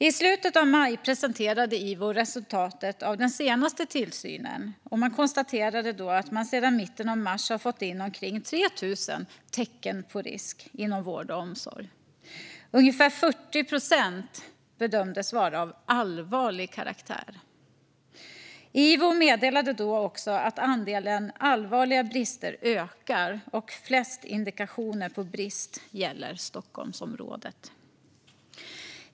I slutet av maj presenterade IVO resultatet av den senaste tillsynen, och man konstaterade då att man sedan mitten av mars har fått in omkring 3 000 "tecken på risk" inom vård och omsorg. Ungefär 40 procent bedömdes vara av allvarlig karaktär. IVO meddelade också att andelen allvarliga brister ökar och att flest indikationer på brist gäller Stockholmsområdet.